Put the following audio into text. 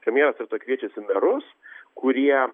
premjeras tada kviečiasi merus kurie